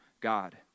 God